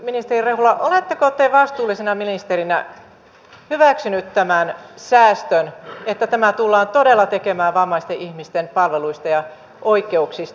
oletteko te vastuullisena ministerinä hyväksynyt tämän säästön että tämä tullaan todella tekemään vammaisten ihmisten palveluista ja oikeuksista